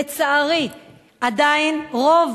לצערי, עדיין רוב